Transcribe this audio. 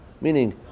Meaning